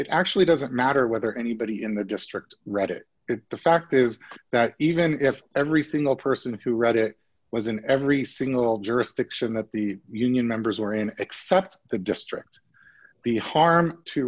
it actually doesn't matter whether anybody in the district read it the fact is that even if every single person who read it was in every single jurisdiction that the union members were in except the district the harm to